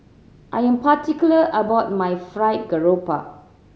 I am particular about my Fried Garoupa